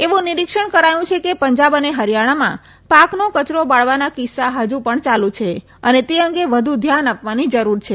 એવુ નીરીક્ષણ કરાયું છે કે પંજાબ અને હરીયાણામાં પાકનો કચરો બાળવાના કિસ્સા હજી પણ ચાલુ છે અને તે અંગે વધુ ધ્યાન આપવાની જરૂર છે